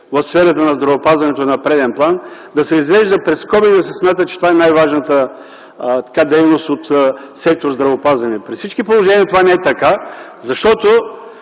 в сферата на здравеопазването на преден план пред скоби и да се смята, че това е най-важната дейност в сектор „Здравеопазване”. При всички положения това не е така, защото